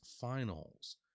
finals